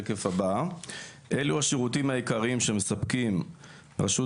אלו השירותים העיקריים שמספקים רשות